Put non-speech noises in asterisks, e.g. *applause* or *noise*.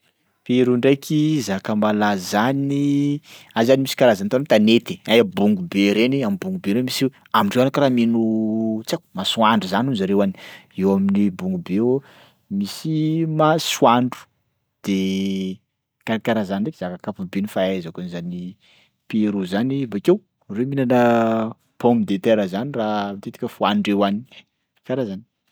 Peroa ndraiky zaka malaza any, any zany misy karazana hitanao tanety ay bongo be reny, am'bongo be reny misy eo, amindreo any karaha mino *hesitation* tsy haiko masoandro zany hono zareo any, eo amin'ny bongo be eo misy masoandro dia karakaraha zany ndraiky zavatra ankapobe ny fahaizako an'zany Peroa zany. Bakeo reo mihinana pomme de terre zany raha matetika fohanindreo any, karaha zany.